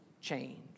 change